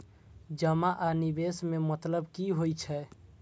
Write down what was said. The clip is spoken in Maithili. जमा आ निवेश में मतलब कि होई छै?